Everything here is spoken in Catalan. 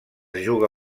juga